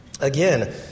Again